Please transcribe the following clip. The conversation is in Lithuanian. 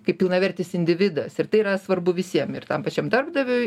kaip pilnavertis individas ir tai yra svarbu visiem ir tam pačiam darbdaviui